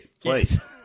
please